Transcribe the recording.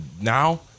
Now